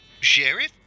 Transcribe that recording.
Sheriff